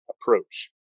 approach